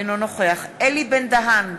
אינו נוכח אלי בן-דהן,